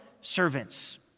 servants